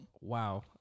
wow